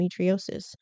endometriosis